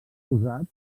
usat